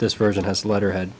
this version has letterhead